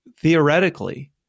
theoretically